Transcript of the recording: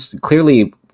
clearly